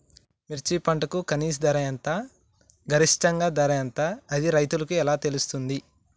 మిర్చి పంటకు కనీస ధర ఎంత గరిష్టంగా ధర ఎంత అది రైతులకు ఎలా తెలుస్తది?